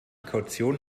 kaution